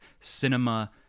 cinema